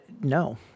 no